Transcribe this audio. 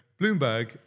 Bloomberg